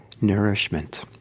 nourishment